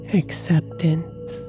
acceptance